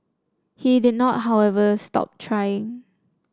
he did not however stop trying